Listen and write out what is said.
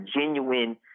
genuine